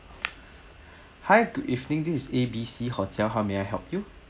hi good evening this is A B C hotel how may I help you